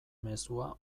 mezua